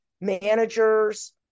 managers